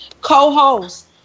Co-host